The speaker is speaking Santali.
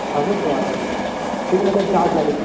ᱵᱷᱟᱹᱜᱤ ᱠᱚᱜᱼᱟ ᱟᱨᱠᱤ ᱴᱷᱤᱠ ᱢᱚᱛᱚᱤᱧ ᱪᱟᱥ ᱫᱟᱲᱮ ᱠᱮᱭᱟ